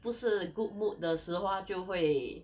不是 good mood 的时候她就会